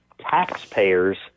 taxpayers –